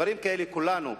דברים כאלה כולנו,